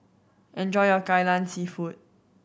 enjoy your Kai Lan Seafood